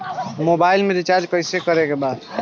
Mobile में recharge कइसे करे के बा?